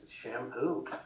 Shampoo